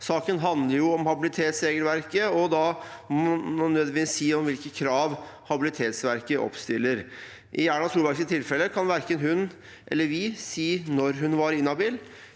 Saken handler om habilitetsregelverket, og da må man nødvendigvis si noe om hvilke krav habilitetsregelverket oppstiller. I Erna Solbergs tilfelle kan verken hun eller vi si når hun var inhabil.